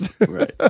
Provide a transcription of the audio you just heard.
right